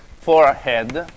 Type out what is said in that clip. forehead